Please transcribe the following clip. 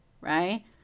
right